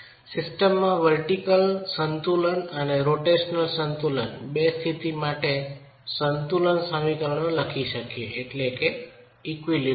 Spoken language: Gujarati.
સિસ્ટમમાં વર્ટિકલ સંતુલન અને રોટેશનલ સંતુલન બે સ્થિતિઓ માટે સંતુલન સમીકરણો લખીએ છીએ